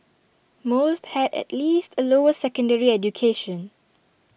most had at least A lower secondary education